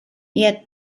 yet